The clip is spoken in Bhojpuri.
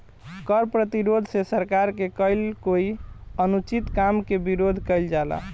कर प्रतिरोध से सरकार के कईल कोई अनुचित काम के विरोध कईल जाला